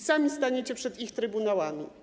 Sami staniecie przed ich trybunałami.